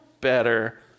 better